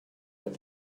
and